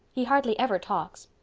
he hardly ever talks.